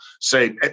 say